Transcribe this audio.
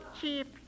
cheap